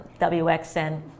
WXN